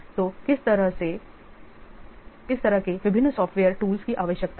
तो किस तरह के विभिन्न सॉफ्टवेयर टूल्स की आवश्यकता है